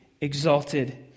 exalted